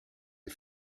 des